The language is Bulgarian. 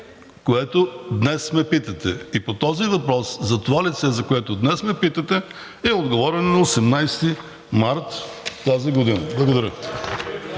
което днес ме питате. И по този въпрос, за това лице, за което днес ме питате, е отговорено на 18 март тази година. Благодаря.